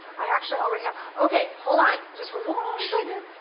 i actually already have. okay, hold on just for one second.